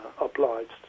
obliged